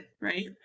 right